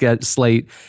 slate